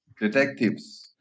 detectives